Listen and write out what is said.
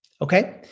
okay